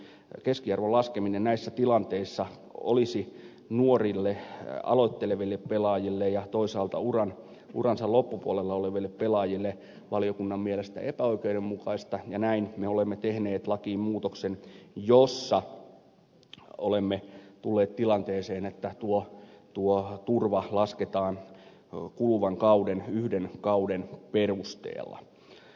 keskiarvon laskeminen näissä tilanteissa olisi nuorille aloitteleville pelaajille ja toisaalta uransa loppupuolella oleville pelaajille valiokunnan mielestä epäoikeudenmukaista ja näin me olemme tehneet lakiin muutoksen jossa olemme tulleet tilanteeseen että tuo turva lasketaan kuluvan kauden yhden kauden perusteella